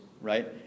right